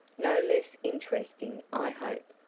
no less interesting, i hope.